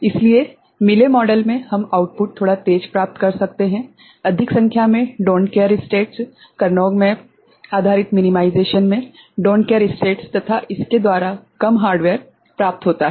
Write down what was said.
इसलिए मिले मॉडल में हम आउटपुट थोड़ा तेज़ प्राप्त कर सकते हैं अधिक संख्या में don't care states care states Karnaugh map आधारित मिनिमाइज़ेशन में don't care states care states तथा इसके द्वारा कम हार्डवेयर प्राप्त होगा